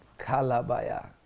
Kalabaya